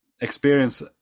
experience